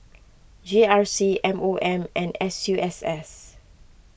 G C M O M and S U S S